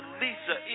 lisa